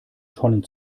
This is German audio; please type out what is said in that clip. tonnen